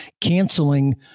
canceling